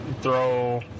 throw